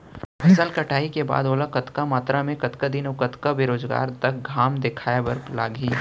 फसल कटाई के बाद ओला कतका मात्रा मे, कतका दिन अऊ कतका बेरोजगार तक घाम दिखाए बर लागही?